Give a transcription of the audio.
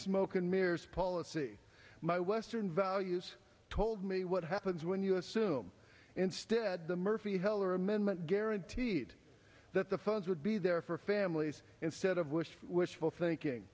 mirrors policy my western values told me what happens when you assume instead the murphy heller amendment guaranteed that the funds would be there for families instead of wish for wishful thinking